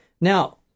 now